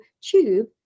tube